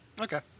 Okay